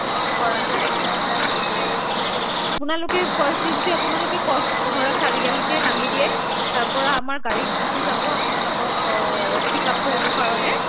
একো কৰা নাই আচ্চা আপোনালোকে ফাৰ্ষ্ট ডে যদি আপোনালোকে কঁহ কঁহৰা চাৰিআলিতে নামি দিয়ে তাৰ পৰা আমাৰ গাড়ী গুছি যাব আপোনালোকক পিক আপ কৰিবৰ কাৰণে